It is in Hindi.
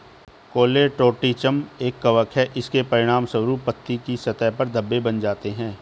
कोलेटोट्रिचम एक कवक है, इसके परिणामस्वरूप पत्ती की सतह पर धब्बे बन जाते हैं